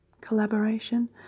collaboration